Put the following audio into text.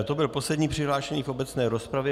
To byl poslední přihlášený v obecné rozpravě.